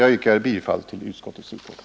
Jag yrkar bifall till utskottets hemställan.